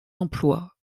emploi